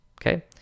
okay